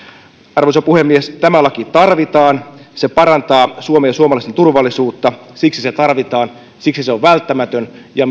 arvoisa puhemies tämä laki tarvitaan se parantaa suomen ja suomalaisten turvallisuutta siksi sitä tarvitaan siksi se on välttämätön ja